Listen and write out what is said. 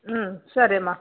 సరేమా